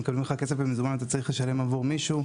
מקבלים ממך כסף במזומן ואתה צריך לשלם עבור מישהו,